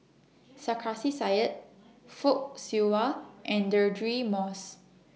Sarkasi Said Fock Siew Wah and Deirdre Moss